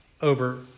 over